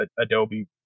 Adobe